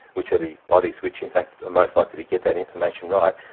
which are the bodies which in fact are most likely to get that information right,